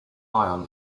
ion